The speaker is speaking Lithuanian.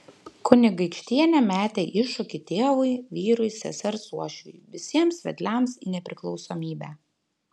kunigaikštienė metė iššūkį tėvui vyrui sesers uošviui visiems vedliams į nepriklausomybę